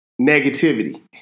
negativity